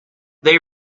they